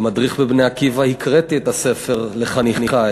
כמדריך ב"בני עקיבא" הקראתי את הספר לחניכי,